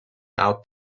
out